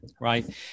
right